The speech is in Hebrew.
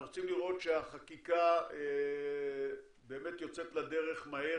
אנחנו רוצים לראות שהחקיקה באמת יוצאת לדרך מהר